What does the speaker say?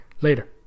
Later